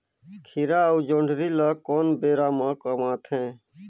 खीरा अउ जोंदरी ल कोन बेरा म कमाथे?